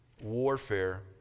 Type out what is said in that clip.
warfare